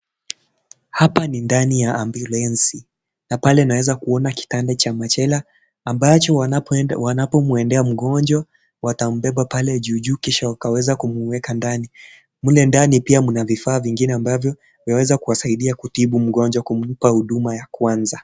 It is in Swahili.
Hapa ni ndani ya ambulensi, na pale naeza kuona kitanda cha machela ambacho wanapo enda wanapomuendea mgonjwa watambeba pale juu juu kisha wakaweza kumueka ndani, mle ndani pia mna vifaa vingine ambavyo vyaweza kuwasaidia kutibu mgonjwa kumpa huduma ya kwanza.